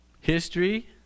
History